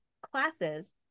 classes